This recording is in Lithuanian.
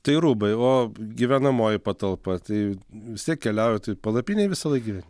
tai rūbai o gyvenamoji patalpa tai vis tiek keliauji tai palapinėj visąlaik gyveni